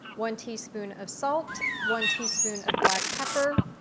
one teaspoon of salt, one teaspoon of black pepper,